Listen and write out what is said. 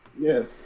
Yes